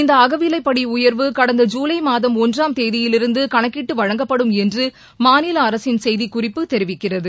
இந்த அகவிலைப்படி உயர்வு கடந்த ஜூலை மாதம் ஒன்றாம் தேதியிலிருந்து கணக்கிட்டு வழங்கப்படும் என்று மாநில அரசின் செய்திக்குறிப்பு தெரிவிக்கிறது